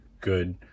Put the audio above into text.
good